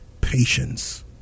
patience